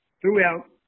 throughout